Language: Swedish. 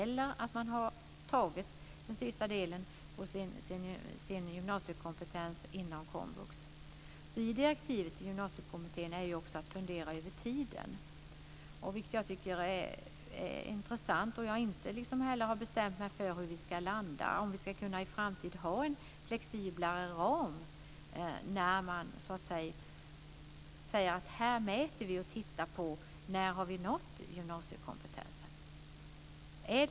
Man kan också ha tagit den sista delen av sin gymnasiekompetens inom komvux. I direktivet till Gymnasiekommittén ligger också att fundera över tiden. Jag tycker att det är intressant. Jag har inte bestämt mig för var vi ska landa och om vi i framtiden ska kunna ha en flexiblare ram för när man ska mäta om man har nått gymnasiekompetensen.